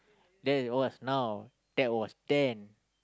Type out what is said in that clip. that was now that was then